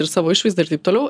ir savo išvaizda ir taip toliau